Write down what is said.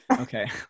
Okay